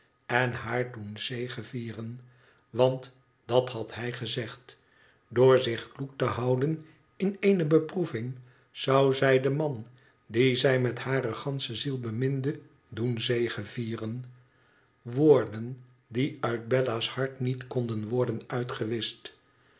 en haar doen zegevieren want dat had hij gezegd door zich kloek te houden in eene beproeving zou zij den man dien zij met hare gansche ziel beminde doen zegevieren woorden die uit bela s hart niet konden worden uitgewischt